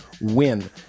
win